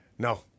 No